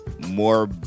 more